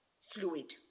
fluid